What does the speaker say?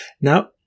Now